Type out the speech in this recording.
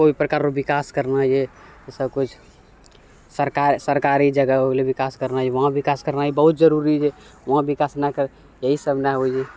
कोइ प्रकार रऽ विकास करना अइ सबकिछु सरकार सरकारी जगह हो गेलै विकास करना वहाँ विकास करना भी बहुत जरूरी रहै वहाँ विकास नहि करि इएहसब ने होइ हइ